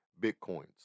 Bitcoins